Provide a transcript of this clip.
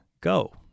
Go